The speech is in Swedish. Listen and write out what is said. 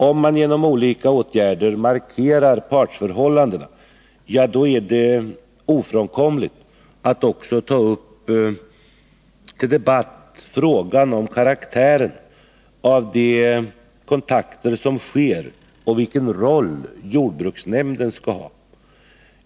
Om man genom olika åtgärder markerar partsförhållandena, är det ofrånkomligt att också ta upp till debatt frågan om karaktären av de kontakter som sker och vilken roll jordbruksnämnden skall ha.